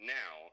now –